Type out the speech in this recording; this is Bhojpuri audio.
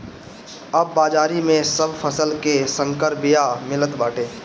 अब बाजारी में सब फसल के संकर बिया मिलत बाटे